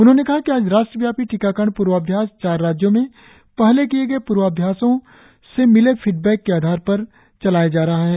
उन्होंने कहा कि आज राष्ट्रव्यापी टीकाकरण प्र्वाभ्यास चार राज्यों में पहले किए गए प्र्वाभ्यासों से मिले फीडबैक के आधार पर चलाया जा रहा है